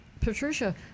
patricia